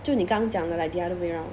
就你刚刚讲的 like the other way round